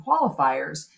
qualifiers